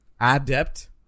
Adept